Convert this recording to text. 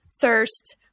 thirst